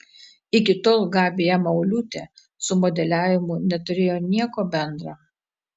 iki tol gabija mauliūtė su modeliavimu neturėjo nieko bendra